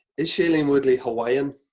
is shailene woodley hawaiian?